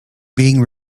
being